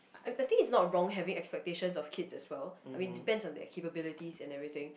I I think it's not wrong having expectations of kids as well I mean depends on their capabilities and everything